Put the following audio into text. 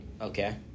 Okay